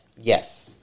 Yes